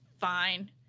fine